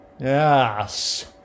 Yes